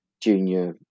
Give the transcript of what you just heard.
junior